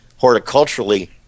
horticulturally